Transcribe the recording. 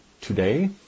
today